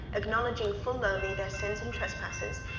acknowledging full lowly their sins and trespasses,